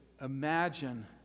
imagine